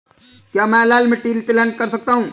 क्या मैं लाल मिट्टी में तिलहन कर सकता हूँ?